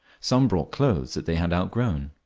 some brought clothes they had outgrown.